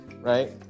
right